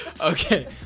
okay